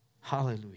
Hallelujah